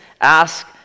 ask